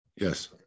Yes